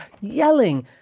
yelling